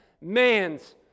man's